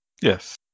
Yes